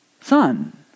Son